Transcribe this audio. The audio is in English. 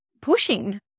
pushing